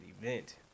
event